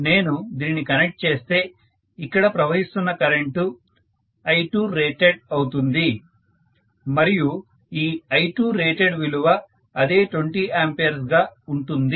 నేను దీనిని కనెక్ట్ చేస్తే ఇక్కడ ప్రవహిస్తున్న కరెంటు I2rated అవుతుంది మరియు ఈ I2rated విలువ అదే 20 A గా ఉంటుంది